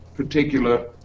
Particular